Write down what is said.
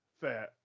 fair